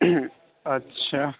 اچھا